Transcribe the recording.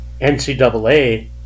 ncaa